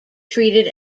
treated